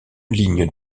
ligne